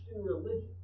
religion